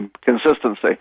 Consistency